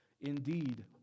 Indeed